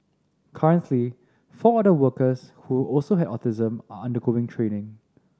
currently four other workers who also have autism are undergoing training